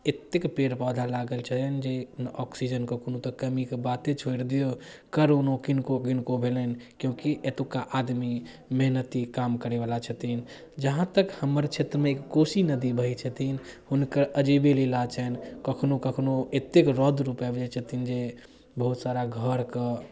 एतेक पेड़ पौधा लागल छनि जे ऑक्सीजनके कोनो कमीके बाते छोड़ि दियौ कोरोनो किनको किनको भेलनि क्योकि एतुका आदमी मेहनती काम करै बला छथिन जहाँ तक हमर क्षेत्रमे एक कोसी नदी बहै छथिन हुनकर अजीबे लीला छनि कखनो कखनो एतेक रौद्र रूप आबि जाइ छथिन जे बहुत सारा घरके